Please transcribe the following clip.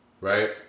right